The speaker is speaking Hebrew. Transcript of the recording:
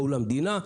באו למדינה,